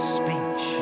speech